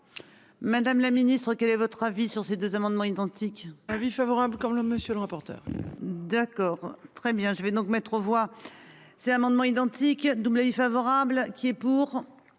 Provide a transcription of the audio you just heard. Madame la Ministre, quel est votre avis sur ces deux amendements identiques, avis favorable quand le monsieur le rapporteur. D'accord très bien. Je vais donc mettre aux voix. Ces amendements identiques. Favorable qui est pour.